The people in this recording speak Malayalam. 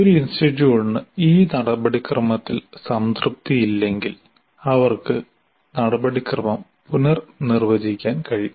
ഒരു ഇൻസ്റ്റിറ്റ്യൂട്ടിന് ഈ നടപടിക്രമത്തിൽ സംതൃപ്തിയില്ലെങ്കിൽ അവർക്ക് നടപടിക്രമം പുനർനിർവചിക്കാൻ കഴിയും